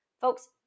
Folks